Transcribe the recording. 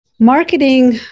Marketing